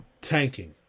tanking